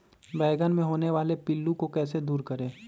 बैंगन मे होने वाले पिल्लू को कैसे दूर करें?